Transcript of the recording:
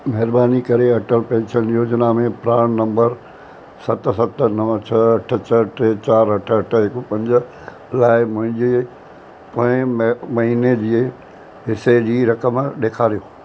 महिरबानी करे अटल पेंशन योजना में प्रान नंबर सत सत नव छह अठ छह टे चारि अठ अठ हिकु पंज लाइ मुंहिंजे पोएं महि महीने जे हिसे जी रक़म ॾेखारियो